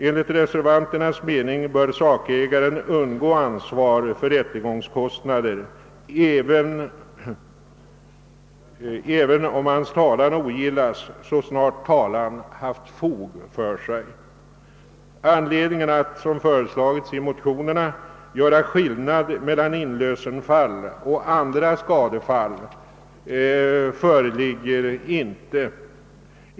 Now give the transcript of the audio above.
Enligt reservanternas mening bör sakägaren undgå ansvar för rättegångskostnader, även om hans talan ogillas, så snart talan haft fog för sig. Anledning att, som föreslagits i motionerna, göra skillnad mellan inlösenfall och andra skadefall föreligger inte.